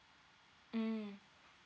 mm